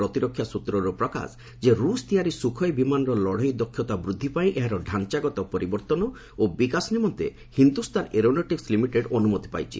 ପ୍ରତିରକ୍ଷା ସୂତ୍ରରୁ ପ୍ରକାଶ ଯେ ରୁଷ୍ ତିଆରି ସୁଖୋଇ ବିମାନର ଲଢ଼େଇ ଦକ୍ଷତା ବୃଦ୍ଧି ପାଇଁ ଏହାର ଢାଞ୍ଚାଗତ ପରିବର୍ତ୍ତନ ଓ ବିକାଶ ନିମନ୍ତେ ହିନ୍ଦୁସ୍ଥାନ ଏରୋନେଟିକ୍କ ଲିମିଟେଡ୍ ଅନୁମତି ପାଇଛି